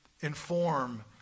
inform